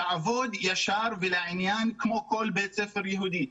תעבוד ישר ולעניין כמו לגבי כל בית ספר יהודי.